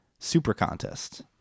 supercontest